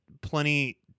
plenty